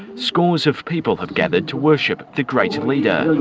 scores of people have gathered to worship the great leader.